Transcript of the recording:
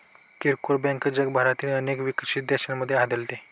किरकोळ बँक जगभरातील अनेक विकसित देशांमध्ये आढळते